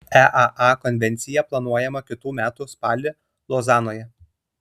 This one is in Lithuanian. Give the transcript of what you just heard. eaa konvencija planuojama kitų metų spalį lozanoje